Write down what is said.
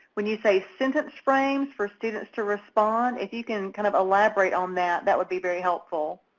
when you say sentence frames for students to respond, if you can kind of elaborate on that, that would be very helpful.